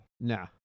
no